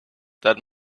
that